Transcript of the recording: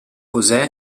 josé